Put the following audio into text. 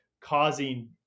Causing